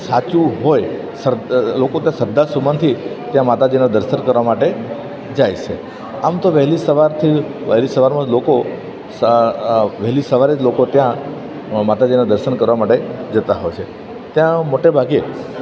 સાચું હોય લોકો ત્યાં શ્રદ્ધા સુમનથી ત્યાં માતાજીના દર્શન કરવા માટે જાય છે આમ તો વહેલી સવારથી જ વહેલી સવારમાં જ લોકો વહેલી સવારે જ લોકો ત્યાં માતાજીના દર્શન કરવા માટે જતાં હોય છે ત્યાં મોટે ભાગે